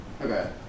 Okay